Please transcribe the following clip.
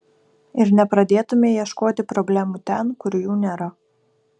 ir nepradėtumei ieškoti problemų ten kur jų nėra